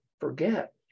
forget